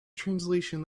translation